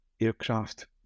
aircraft